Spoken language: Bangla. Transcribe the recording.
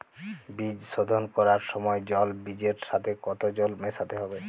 বীজ শোধন করার সময় জল বীজের সাথে কতো জল মেশাতে হবে?